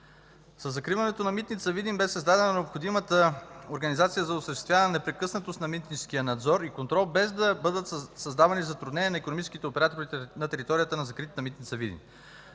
Със закриването на Митница Видин бе създадена необходимата организация за осъществяване на непрекъснатост на митническия надзор и контрол, без да бъдат създавани затруднения на икономическите оператори на територията на закритата Митница Видин.